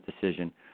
decision